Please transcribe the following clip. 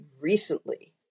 recently